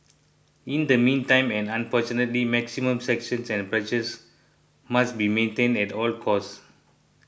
in the meantime and unfortunately maximum sanctions and pressures must be maintained at all cost